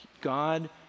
God